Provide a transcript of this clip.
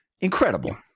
Incredible